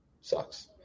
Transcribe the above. Sucks